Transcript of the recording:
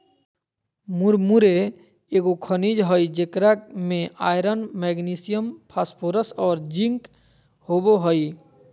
मुरमुरे एगो खनिज हइ जेकरा में आयरन, मैग्नीशियम, फास्फोरस और जिंक होबो हइ